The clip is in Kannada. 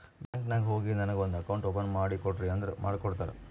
ಬ್ಯಾಂಕ್ ನಾಗ್ ಹೋಗಿ ನನಗ ಒಂದ್ ಅಕೌಂಟ್ ಓಪನ್ ಮಾಡಿ ಕೊಡ್ರಿ ಅಂದುರ್ ಮಾಡ್ಕೊಡ್ತಾರ್